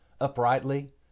uprightly